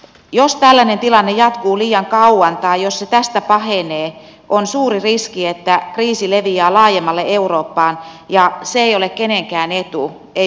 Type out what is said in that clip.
jos tällainen tilanne jatkuu liian kauan tai jos se tästä pahenee on suuri riski että kriisi leviää laajemmalle eurooppaan ja se ei ole kenenkään etu ei myöskään suomen